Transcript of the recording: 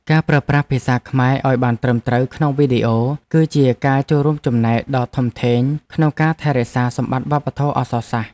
ការប្រើប្រាស់ភាសាខ្មែរឱ្យបានត្រឹមត្រូវក្នុងវីដេអូ គឺជាការចូលរួមចំណែកដ៏ធំធេងក្នុងការថែរក្សាសម្បត្តិវប្បធម៌អក្សរសាស្ត្រ។